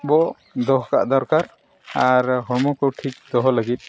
ᱟᱵᱚ ᱫᱚᱦᱚ ᱠᱟᱜ ᱫᱚᱨᱠᱟᱨ ᱟᱨ ᱦᱚᱲᱢᱚ ᱠᱚ ᱴᱷᱤᱠ ᱫᱚᱦᱚ ᱞᱟᱹᱜᱤᱫ